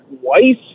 twice